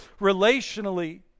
relationally